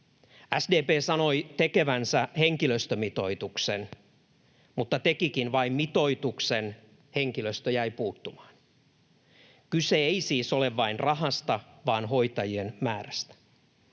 SDP sanoi tekevänsä henkilöstömitoituksen mutta tekikin vain mitoituksen, henkilöstö jäi puuttumaan. Kyse ei siis ole vain rahasta vaan hoitajien määrästä.